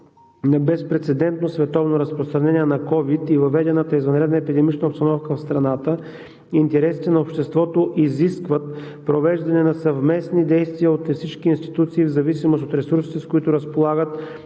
на безпрецедентно световно разпространение на ковид и въведената извънредна епидемична обстановка в страната интересите на обществото изискват провеждане на съвместни действия от всички институции в зависимост от ресурсите, с които разполагат,